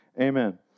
Amen